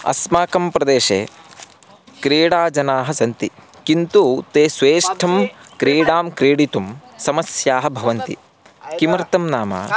अस्माकं प्रदेशे क्रीडाजनाः सन्ति किन्तु ते स्वेष्टं क्रीडां क्रीडितुं समस्याः भवन्ति किमर्थं नाम